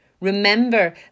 Remember